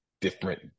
different